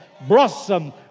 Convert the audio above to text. blossom